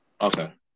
Okay